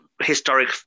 historic